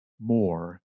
more